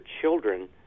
children